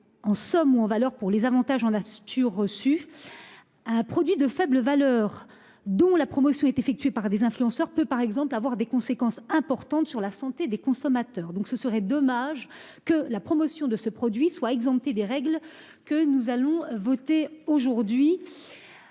En somme, ou en valeur pour les avantages en as-tu reçu. Un produit de faible valeur dont la promotion est effectué par des influenceurs peut par exemple avoir des conséquences importantes sur la santé des consommateurs. Donc ce serait dommage que la promotion de ce produit soit exempté des règles que nous allons voter aujourd'hui.